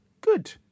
good